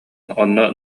онно